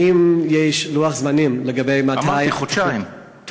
האם יש לוח זמנים לגבי מתי, אמרתי, חודשיים.